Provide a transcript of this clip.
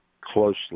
closely